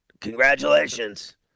Congratulations